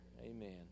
amen